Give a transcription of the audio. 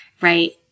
right